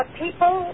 people